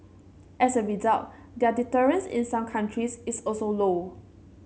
as a result their deterrence in some countries is also low